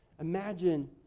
Imagine